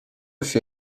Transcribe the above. się